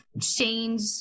Change